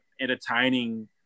entertaining